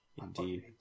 indeed